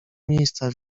miejsca